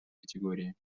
категории